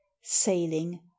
sailing